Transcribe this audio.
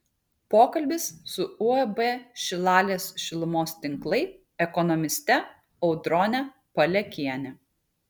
pokalbis su uab šilalės šilumos tinklai ekonomiste audrone palekiene